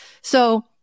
So-